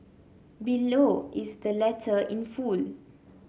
below is the letter in full